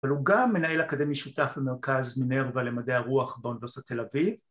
אבל הוא גם מנהל אקדמי שותף במרכז מנרווה למדעי הרוח באוניברסיטת תל אביב.